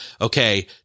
okay